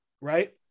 right